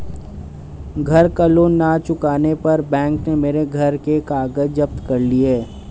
घर का लोन ना चुकाने पर बैंक ने मेरे घर के कागज जप्त कर लिए